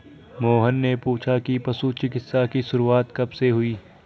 मोहन ने पूछा कि पशु चिकित्सा की शुरूआत कब से हुई?